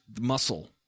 muscle